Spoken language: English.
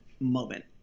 moment